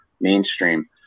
mainstream